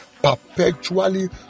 perpetually